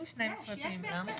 יש, יש בהחלט.